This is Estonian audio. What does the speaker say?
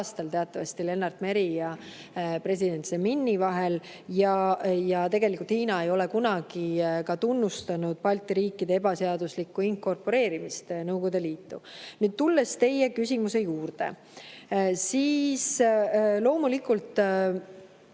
teatavasti Lennart Meri ja president Zemini vahel. Ja tegelikult Hiina ei ole kunagi tunnustanud Balti riikide ebaseaduslikku inkorporeerimist Nõukogude Liitu. Tulles teie küsimuse juurde, siis jah, loomulikult